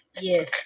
Yes